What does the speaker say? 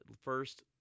First